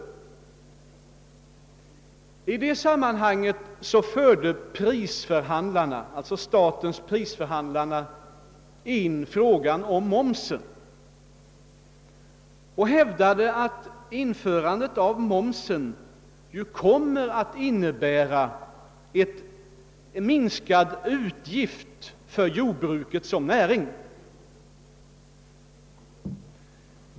I detta sammanhang förde statens prisförhandlare in frågan om momsen och hävdade att denna skulle komma att innebära minskade utgifter för jordbruket som näring.